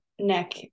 neck